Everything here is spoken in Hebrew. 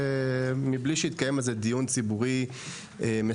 מבלי שהתקיים על זה דיון ציבורי מספק.